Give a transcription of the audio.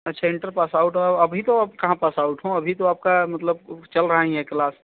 अच्छा inter pass out हो अभी तो कहाँ पासआउट हो अभी तो आपका मतलब चल रहा ही हैं क्लास